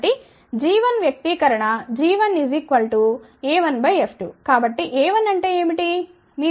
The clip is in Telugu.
కాబట్టి g1 వ్యక్తీకరణ g1a1F2 కాబట్టిa1 అంటే ఏమిటి